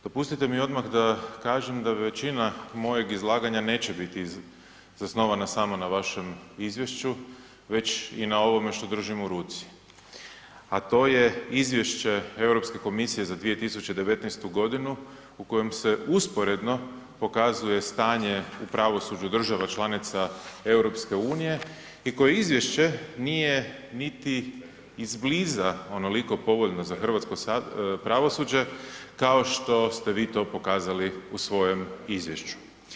Dopustite mi odmah da kažem da većina mojeg izlaganja neće biti zasnovana samo na vašem izvješću, već i na ovome što držim u ruci a to je izvješće Europske komisije za 2019. g. u kojem se usporedno pokazuje stanje u pravosuđu država članica EU-a i koje izvješće nije niti izbliza onoliko povoljno za hrvatsko pravosuđe kao što ste vi to pokazali u svojem izvješću.